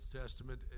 Testament